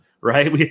right